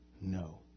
no